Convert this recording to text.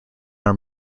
are